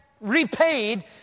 repaid